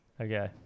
Okay